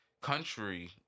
country